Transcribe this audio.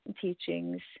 teachings